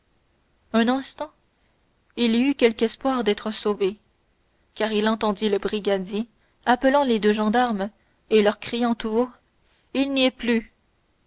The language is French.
un instant il eut quelque espoir d'être sauvé car il entendit le brigadier appelant les deux gendarmes et leur criant tout haut il n'y est plus